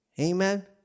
Amen